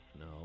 No